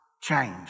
change